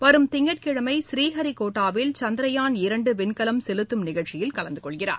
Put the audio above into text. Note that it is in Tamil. வரும் திங்கட்கிழமைபூரீஹரிகோட்டாவில் சந்திரயான் இரண்டுவிண்கலம் செலுத்தும் நிகழ்ச்சியில் கலந்துகொள்கிறார்